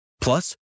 Plus